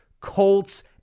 Colts